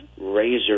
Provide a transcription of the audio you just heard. razor